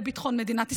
לביטחון מדינת ישראל,